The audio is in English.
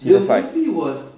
season five